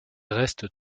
restent